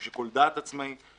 עם שיקול דעת עצמאי,